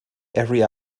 every